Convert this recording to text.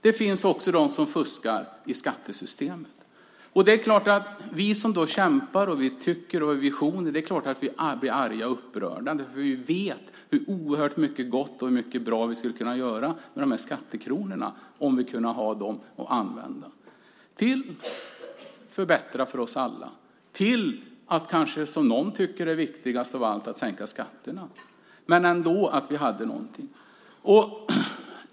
Det finns de som fuskar också i skattesystemet. Det är klart att vi som kämpar och har visioner blir arga och upprörda, därför att vi vet hur oerhört mycket gott och bra vi skulle kunna göra med de skattekronorna om vi kunde använda dem till att förbättra för oss alla, till att kanske, som någon tycker är viktigast av allt, sänka skatterna, men att vi ändå hade någonting.